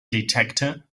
detector